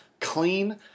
clean